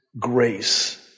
grace